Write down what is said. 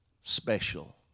special